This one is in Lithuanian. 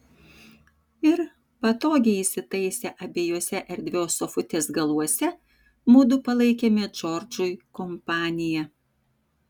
ir patogiai įsitaisę abiejuose erdvios sofutės galuose mudu palaikėme džordžui kompaniją